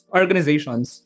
organizations